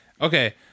okay